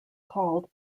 called